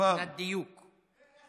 מבחינת דיוק.